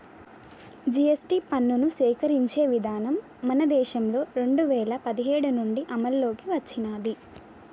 GST పన్నుని సేకరించే విధానం మన దేశంలో రెండు వేల పదిహేడు నుంచి అమల్లోకి వచ్చినాది